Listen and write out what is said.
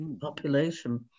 population